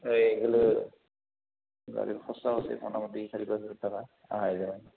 এই মোটামুটি চাৰি পাঁচ হাজাৰ টকা অহা যোৱাই